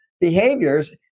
behaviors